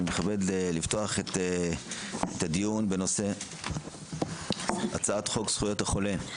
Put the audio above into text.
אני מתכבד לפתוח את הדיון בנושא הצעת חוק זכויות החולה (תיקון)